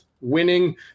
winning